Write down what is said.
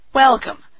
Welcome